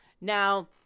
Now